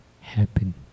happen